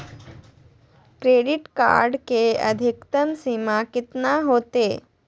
Credit card के अधिकतम सीमा कितना होते?